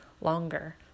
longer